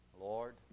Lord